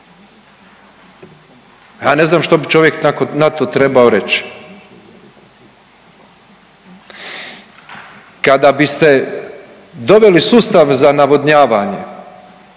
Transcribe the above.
Ja ne znam što bi čovjek na to trebao reći. Kada biste doveli sustav za navodnjavanje